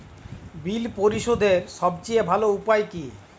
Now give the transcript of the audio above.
বিল পরিশোধের সবচেয়ে ভালো উপায় কী?